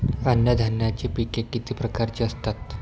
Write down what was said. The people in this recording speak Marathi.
अन्नधान्याची पिके किती प्रकारची असतात?